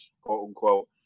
quote-unquote